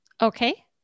Okay